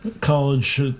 college